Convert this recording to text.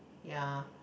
ya